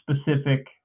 specific